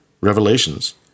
Revelations